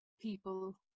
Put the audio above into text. people